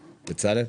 בצלאל.